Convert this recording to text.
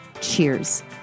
cheers